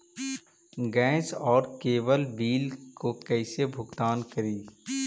Gas और cable bill के कैसे भुगतान करी?